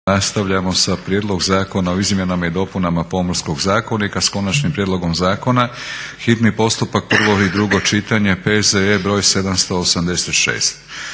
Nastavljamo sa - Prijedlog zakona o izmjenama i dopunama Pomorskog zakonika s konačnim prijedlogom zakona, hitni postupak, prvo i drugo čitanje, P.Z.E. br. 786